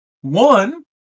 One